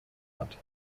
hat